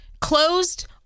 closed